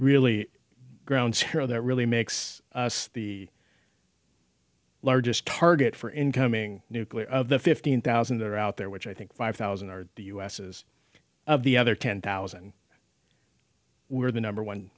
really grounds here that really makes us the largest target for incoming nuclear of the fifteen thousand that are out there which i think five thousand are the u s says of the other ten thousand were the number one